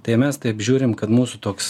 tai mes taip žiūrim kad mūsų toks